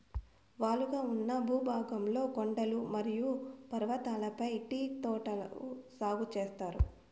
వాలుగా ఉన్న భూభాగంలో కొండలు మరియు పర్వతాలపై టీ తోటలు సాగు చేత్తారు